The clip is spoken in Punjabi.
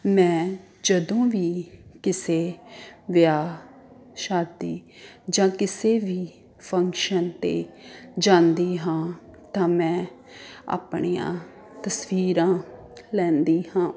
ਮੈਂ ਜਦੋਂ ਵੀ ਕਿਸੇ ਵਿਆਹ ਸ਼ਾਦੀ ਜਾਂ ਕਿਸੇ ਵੀ ਫੰਕਸ਼ਨ 'ਤੇ ਜਾਂਦੀ ਹਾਂ ਤਾਂ ਮੈਂ ਆਪਣੀਆਂ ਤਸਵੀਰਾਂ ਲੈਂਦੀ ਹਾਂ